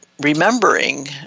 remembering